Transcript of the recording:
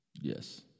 Yes